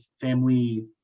family